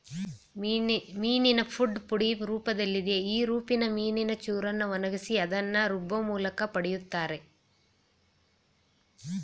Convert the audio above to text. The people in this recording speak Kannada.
ಮೀನಿನ ಫುಡ್ ಪುಡಿ ರೂಪ್ದಲ್ಲಿದೆ ಈ ರೂಪನ ಮೀನಿನ ಚೂರನ್ನ ಒಣಗ್ಸಿ ಅದ್ನ ರುಬ್ಬೋಮೂಲ್ಕ ಪಡಿತಾರೆ